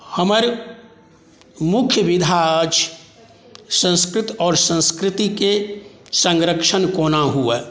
हमर मुख्य विधा अछि संस्कृत आओर संस्कृतिके संरक्षण कोना हुए